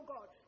God